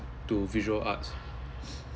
to visual arts